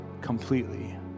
completely